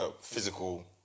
physical